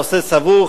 הוא נושא סבוך,